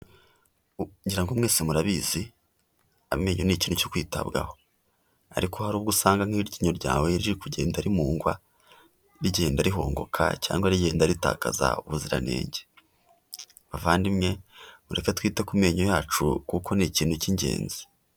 Ngira ngo mwese murabizi, amenyo ni ikintu cyo kwitabwaho, ariko hari ubwo usanga nk'iryinyo ryawe riri kugenda rimungwa, rigenda rihunguka cyangwa rigenda ritakaza ubuziranenge, bavandimwe mureke twite ku menyo yacu kuko ni ikintu cy'ingenzi.